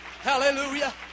Hallelujah